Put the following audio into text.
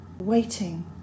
waiting